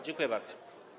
Dziękuję bardzo.